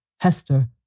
Hester